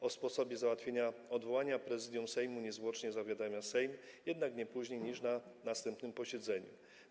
O sposobie załatwienia odwołania Prezydium Sejmu niezwłocznie zawiadamia Sejm, jednak nie później niż na następnym posiedzeniu.